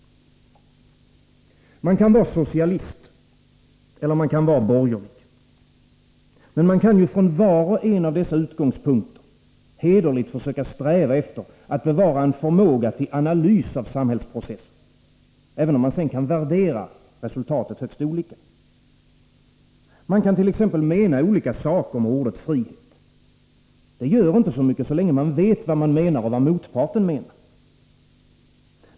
Man kan vara socialist, eller man kan vara borgerlig. Men man kan från var och en av dessa utgångspunkter sträva efter att bevara en förmåga till hederlig analys av samhällsprocessen — även om man sedan kan värdera resultatet högst olika. Man kant.ex. mena olika saker med ordet frihet — det gör inte så mycket, så länge man vet vad man själv menar och vad motparten menar.